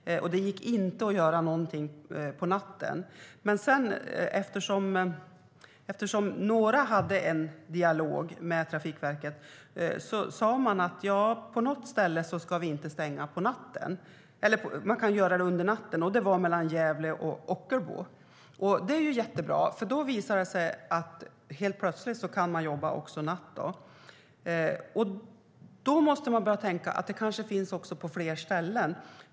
Det gick inte heller att göra något på natten. Men några hade en dialog med Trafikverket, och man sa att på något ställe kunde man göra det under natten. Det var mellan Gävle och Ockelbo. Det var jättebra, för då visade det sig att man plötsligt kunde arbeta natt. Man måste börja tänka att det kanske också finns på fler ställen.